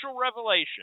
revelation